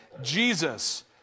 jesus